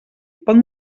pot